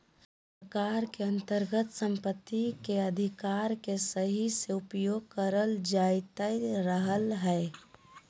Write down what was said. सरकार के अन्तर्गत सम्पत्ति के अधिकार के सही से उपयोग करल जायत रहलय हें